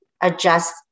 adjust